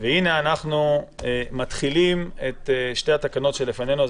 הנה אנחנו מתחילים את הדיון בשתי התקנות שלפנינו.